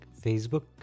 Facebook